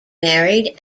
married